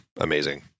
amazing